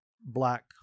black